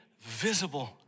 visible